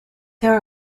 there